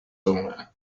owner